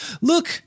Look